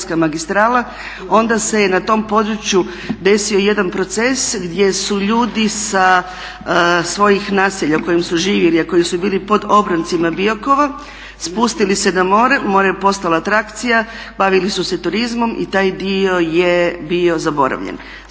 onda se je na tom području desio jedan proces gdje su ljudi sa svojih naselja u kojim su živjeli a koji su bili pod obroncima Biokova spustili se na more, more je postala atrakcija, bavili su se turizmom i taj dio je bio zaboravljen.